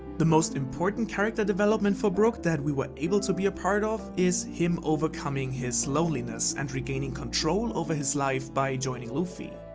the most important character development for brook that we are able to be a part of, is him overcoming his loneliness and regaining control over his life by joining luffy.